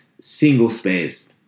single-spaced